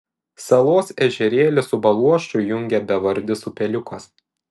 salos ežerėlį su baluošu jungia bevardis upeliukas